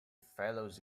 fellows